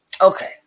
Okay